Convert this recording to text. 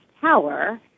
tower